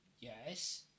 yes